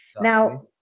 Now